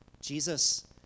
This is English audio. Jesus